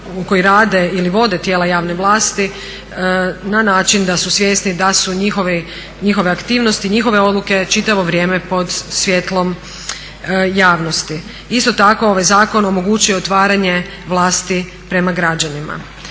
su, koji rade ili vode tijela javne vlasti na način da su svjesni da su njihove aktivnosti i njihove odluke čitavo vrijeme pod svijetlom javnosti. Isto tako ovaj zakon omogućuje otvaranje vlasti prema građanima.